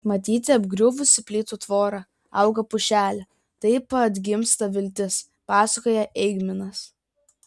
matyti apgriuvusi plytų tvora auga pušelė taip atgimsta viltis pasakoja eigminas